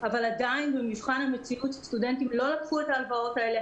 אבל עדיין במבחן המציאות סטודנטים לא לקחו את ההלוואות האלה,